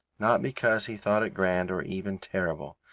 not because he thought it grand or even terrible,